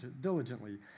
diligently